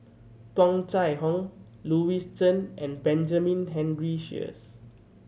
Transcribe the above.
Tung Chye Hong Louis Chen and Benjamin Henry Sheares